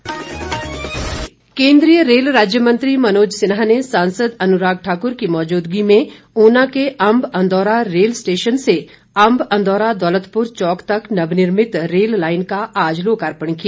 rail लोकार्पण केन्द्रीय rail राज्य मंत्री मनोज सिन्हा ने सांसद अनुराग ठाकुर की मौजूदगी में ऊना के अंब अंदौरा रेल स्टेशन से अंब अंदौरा दौलतपुर चौक तक नवनिर्मित रेल लाइन का आज लोकार्पण किया